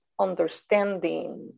understanding